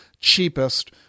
cheapest